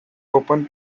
open